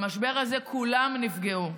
במשבר הזה כולם נפגעו,